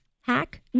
hack